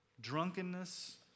drunkenness